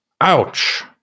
Ouch